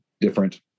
different